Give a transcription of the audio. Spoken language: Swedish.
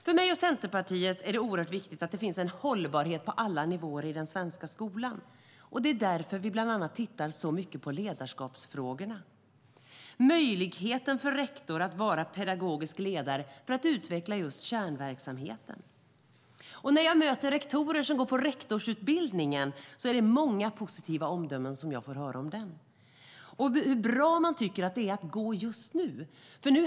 För mig och Centerpartiet är det oerhört viktigt att det finns en hållbarhet på alla nivåer i den svenska skolan, och det är därför som vi bland annat tittar så mycket på ledarskapsfrågorna och möjligheten för rektor att vara pedagogisk ledare för att utveckla just kärnverksamheten. När jag möter rektorer som går på rektorsutbildningen får jag höra många positiva omdömen om den och om hur bra man tycker att det är att gå utbildningen just nu.